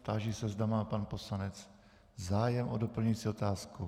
Táži se, zda má pan poslanec zájem o doplňující otázku.